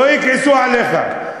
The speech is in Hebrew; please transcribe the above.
לא יכעסו עליך.